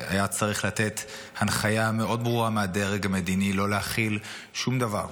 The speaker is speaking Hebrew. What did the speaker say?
והיה צריך לתת הנחייה מאוד ברורה מהדרג המדיני לא להכיל שום דבר.